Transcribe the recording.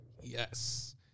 Yes